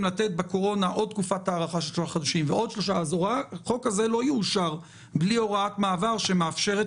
החוק הזה לא יאושר בלי הוראת מעבר שמאפשרת